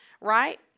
Right